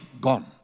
Gone